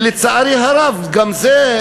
לצערי הרב, וגם בזה,